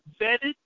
vetted